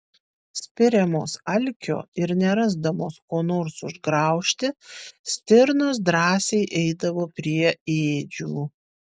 spiriamos alkio ir nerasdamos ko nors užgraužti stirnos drąsiai eidavo prie ėdžių